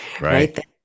Right